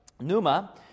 Numa